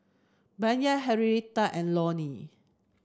Bayard Henrietta and Lonny